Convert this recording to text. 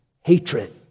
hatred